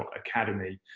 academy.